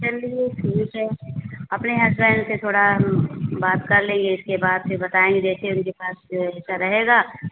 चलिए ठीक है अपने हेेसबैंड से थोड़ा हम बात कर लें ए इसके बाद फ़िर बताएंगे जैसे उनके पास जो है जैसा रहेगा तो